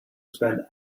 spend